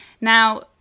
Now